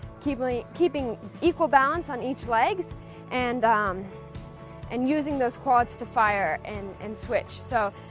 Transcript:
keeping keeping equal balance on each leg and and using those quads to fire and and switch. so,